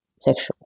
sexual